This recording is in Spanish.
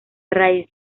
raíz